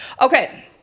Okay